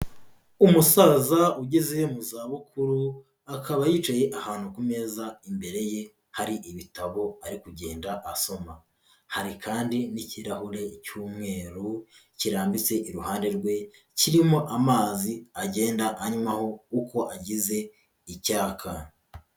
Umusaza ugeze mu zabukuru, akaba yicaye ahantu ku meza imbere ye hari ibitabo ari kugenda asoma, hari kandi n'ikirahure cy'umweru kirambitse iruhande rwe kirimo amazi agenda anywaho uko agize icyaka.